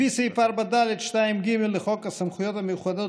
לפי סעיף 4(ד)(2)(ג) לחוק הסמכויות המיוחדות